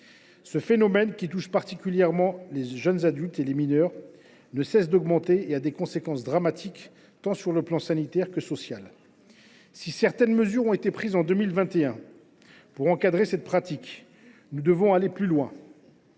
Ce phénomène, qui touche particulièrement les jeunes adultes et les mineurs, ne cesse d’augmenter et a des conséquences dramatiques, sur le plan tant sanitaire que social. Si certaines mesures ont été prises en 2021 pour encadrer cette pratique, nous devons aujourd’hui aller plus loin.